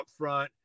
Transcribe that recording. upfront